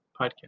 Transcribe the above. podcast